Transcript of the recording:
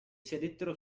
sedettero